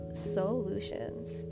solutions